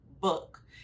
book